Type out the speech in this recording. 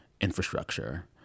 infrastructure